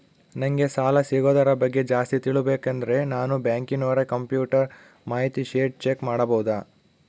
ನಂಗೆ ಸಾಲ ಸಿಗೋದರ ಬಗ್ಗೆ ಜಾಸ್ತಿ ತಿಳಕೋಬೇಕಂದ್ರ ನಾನು ಬ್ಯಾಂಕಿನೋರ ಕಂಪ್ಯೂಟರ್ ಮಾಹಿತಿ ಶೇಟ್ ಚೆಕ್ ಮಾಡಬಹುದಾ?